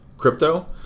crypto